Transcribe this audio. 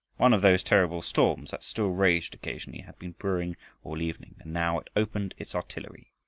one of those terrible storms that still raged occasionally had been brewing all evening, and now it opened its artillery.